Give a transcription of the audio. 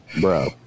Bro